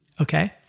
Okay